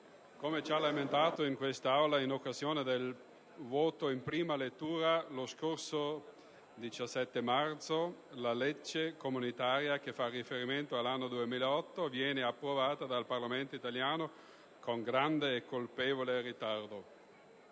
come già lamentato in quest'Aula in occasione del voto in prima lettura lo scorso 17 marzo, la legge comunitaria che fa riferimento all'anno 2008 viene approvata dal Parlamento italiano con grande, colpevole ritardo.